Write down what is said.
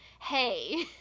hey